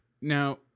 Now